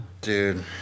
Dude